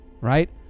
right